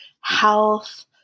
health